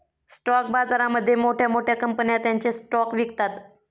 stock बाजारामध्ये मोठ्या मोठ्या कंपन्या त्यांचे स्टॉक्स विकतात